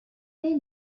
they